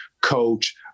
coach